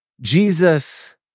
Jesus